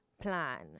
plan